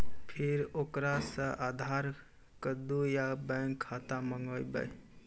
फिर ओकरा से आधार कद्दू या बैंक खाता माँगबै?